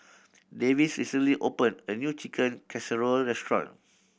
Davis recently opened a new Chicken Casserole restaurant